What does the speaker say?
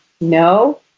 no